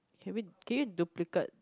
can we can you duplicate